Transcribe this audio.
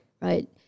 right